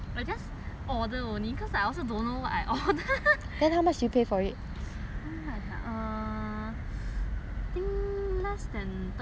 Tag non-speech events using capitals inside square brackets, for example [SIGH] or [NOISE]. know what I order [LAUGHS] how much ah I think less than thirty per person twenty something